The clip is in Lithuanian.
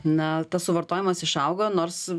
na tas suvartojimas išauga nors